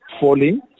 falling